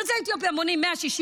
יוצאי אתיופיה הם 160,000